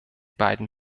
beiden